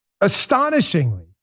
astonishingly